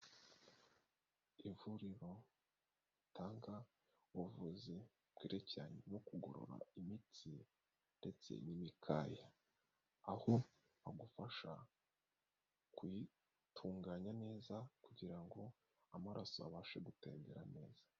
Ivuriro ritanga ubuvuzi bwerekeranye no kugorora imitsi ndetse n'imikaya, aho bagufasha kubitunganya neza kugira ngo amaraso abashe gutembera neza.